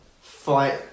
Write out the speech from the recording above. fight